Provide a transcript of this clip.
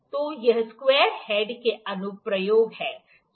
तो ये square head के अनुप्रयोग हैं